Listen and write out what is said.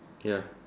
ya